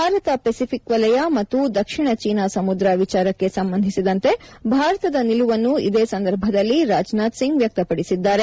Bharat Pacific ವಲಯ ಮತ್ತು ದಕ್ಷಿಣ ಚೀನಾ ಸಮುದ್ರ ವಿಚಾರಕ್ಕೆ ಸಂಬಂಧಿಸಿದಂತೆ ಭಾರತದ ನಿಲುವನ್ನು ಇದೇ ಸಂದರ್ಭದಲ್ಲಿ ರಾಜನಾಥ್ ಸಿಂಗ್ ವ್ಯಕ್ತಪಡಿಸಿದ್ದಾರೆ